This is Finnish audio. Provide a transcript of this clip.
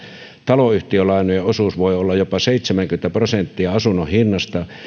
taloyhtiölainojen osuus voi olla jopa seitsemänkymmentä prosenttia asunnon hinnasta